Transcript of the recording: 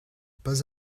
pas